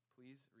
Please